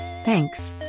Thanks